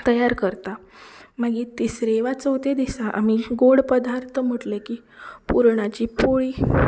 तयार करता मागीर तिसरे वा चवथे दिसा आमी गोड पदार्थ म्हणले की पुरणाची पोळी